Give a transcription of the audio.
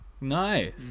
nice